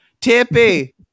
Tippy